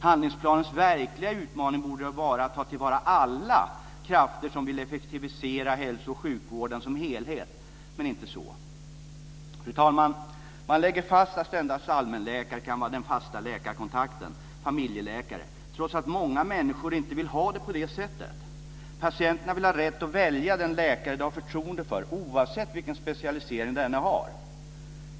Handlingsplanens verkliga utmaning borde ha varit att ta till vara alla krafter som vill effektivisera hälsooch sjukvården som helhet - men inte så! Fru talman! Man lägger fast att endast allmänläkare kan vara den fasta läkarkontakten, familjeläkare, trots att många människor inte vill ha det på det sättet. Patienterna vill ha rätt att välja den läkare de har förtroende för, oavsett vilken specialisering denne har.